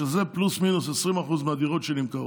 שזה פלוס-מינוס 20% מהדירות שנמכרות,